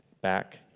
back